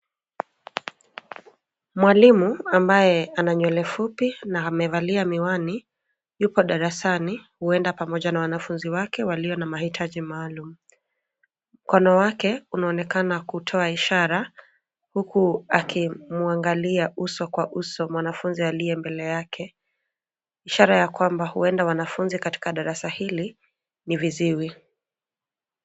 Mwalimu ambaye ana nywele fupi na amevalia miwani, yupo darasani huenda pamoja na wanafunzi wake walio na mahitaji maalum. Mkono wake unaonekana kutoa ishara, huku akimwangalia uso kwa uso mwanafunzi aliye mbele yake, ishara ya kwamba huenda wanafunzi katika darasa hili ni viziwi.